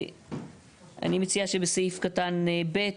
אני מציעה שבסעיף קטן (ב),